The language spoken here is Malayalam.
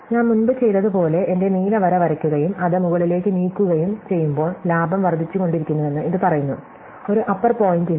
ഞാൻ മുമ്പ് ചെയ്തതുപോലെ എന്റെ നീല വര വരയ്ക്കുകയും അത് മുകളിലേക്ക് നീക്കുകയും ചെയ്യുമ്പോൾ ലാഭം വർദ്ധിച്ചുകൊണ്ടിരിക്കുന്നുവെന്ന് ഇത് പറയുന്നു ഒരു അപ്പർ പോയിന്റു ഇല്ല